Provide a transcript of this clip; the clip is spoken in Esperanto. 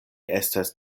estas